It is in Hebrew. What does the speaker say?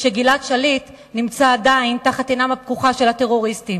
כשגלעד שליט נמצא עדיין תחת עינם הפקוחה של הטרוריסטים.